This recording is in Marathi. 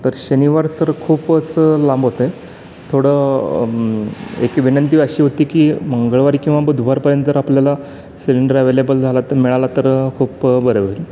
तर शनिवार सर खूपच लांब होत आहे थोडं एक विनंती अशी होती की मंगळवारी किंवा बुधवारपर्यंत जर आपल्याला सिलेंडर ॲव्हेलेबल झाला तर मिळाला तर खूप बरं होईल